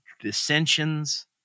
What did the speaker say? dissensions